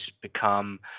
become